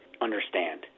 understand